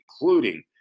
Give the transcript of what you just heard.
including